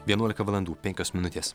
vienuolika valandų penkios minutės